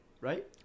right